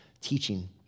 teaching